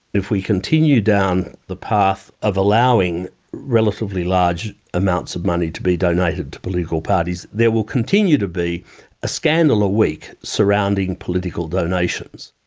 if we continue down the path of allowing relatively large amounts of money to be donated to political parties there will continue to be a scandal a week surrounding political donations.